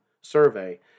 Survey